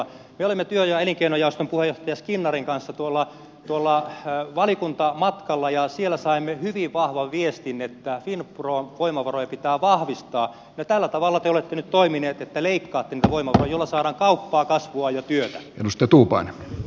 me olimme työ ja elinkeinojaoston puheenjohtaja skinnarin kanssa valiokuntamatkalla ja siellä saimme hyvin vahvan viestin että finpron voimavaroja pitää vahvistaa ja tällä tavalla te olette nyt toimineet että leikkaatte niitä voimavaroja joilla saadaan kauppaa kasvua ja työtä